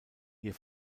ihr